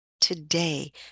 Today